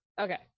Okay